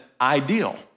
ideal